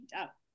up